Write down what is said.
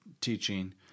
teaching